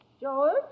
George